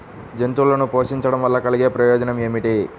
జంతువులను పోషించడం వల్ల కలిగే ప్రయోజనం ఏమిటీ?